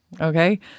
Okay